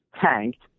tanked